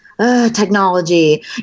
technology